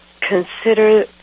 consider